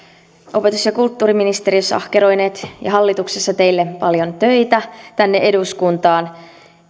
opetus ja kulttuuriministeriössä ja hallituksessa ahkeroineet teille paljon töitä tänne eduskuntaan